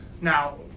Now